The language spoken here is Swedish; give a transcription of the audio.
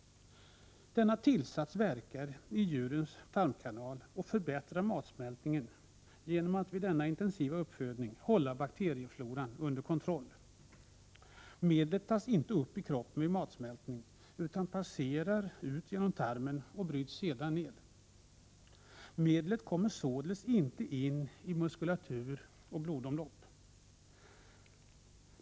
Denna tillsats verkar i djurens tarmkanal och förbättrar matsmältningen genom att vid denna intensiva uppfödning hålla bakteriefloran under kontroll. Medlet upptas inte i kroppen vid matsmältningen utan passerar ut genom tarmen och bryts sedan ner. Medlet kommer således inte in i muskulatur och blodomlopp.